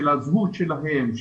של הזהות שלהם,